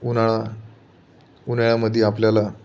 उन्हाळा उन्हाळ्यामध्ये आपल्याला